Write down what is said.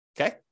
Okay